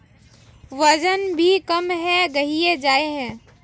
वजन भी कम है गहिये जाय है?